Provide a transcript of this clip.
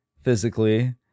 physically